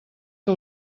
que